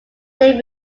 date